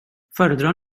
föredrar